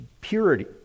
purity